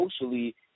socially